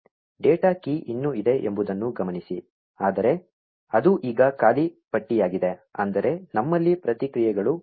data key ಇನ್ನೂ ಇದೆ ಎಂಬುದನ್ನು ಗಮನಿಸಿ ಆದರೆ ಅದು ಈಗ ಖಾಲಿ ಪಟ್ಟಿಯಾಗಿದೆ ಅಂದರೆ ನಮ್ಮಲ್ಲಿ ಪ್ರತಿಕ್ರಿಯೆಗಳು ಮುಗಿದಿವೆ